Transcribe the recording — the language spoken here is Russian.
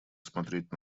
смотреть